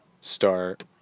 start